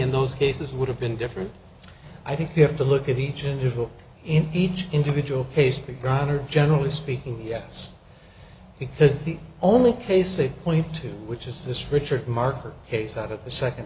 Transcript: in those cases would have been different i think you have to look at each individual in each individual case big brother generally speaking yes he has the only case in point two which is this richard marker case out of the second